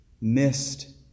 missed